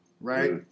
right